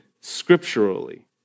scripturally